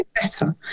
better